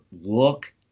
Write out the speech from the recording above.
look